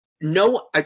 no